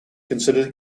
considered